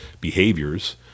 behaviors